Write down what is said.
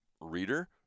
reader